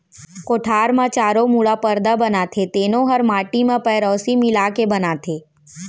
कोठार म चारों मुड़ा परदा बनाथे तेनो हर माटी म पेरौसी मिला के बनाथें